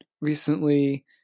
recently